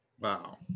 Wow